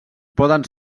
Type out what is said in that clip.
poden